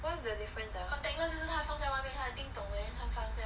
what's the difference ah